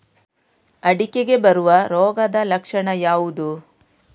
ಅಡಿಕೆಗೆ ಬರುವ ರೋಗದ ಲಕ್ಷಣ ಯಾವುದು?